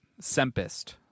Sempest